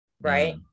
right